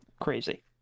crazy